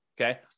Okay